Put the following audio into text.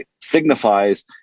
signifies